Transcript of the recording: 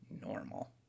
Normal